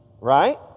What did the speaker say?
right